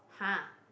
!huh!